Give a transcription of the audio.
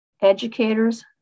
educators